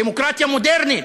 דמוקרטיה מודרנית,